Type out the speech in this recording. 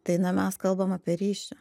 tai na mes kalbam apie ryšį